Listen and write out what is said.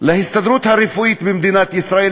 להסתדרות הרפואית במדינת ישראל,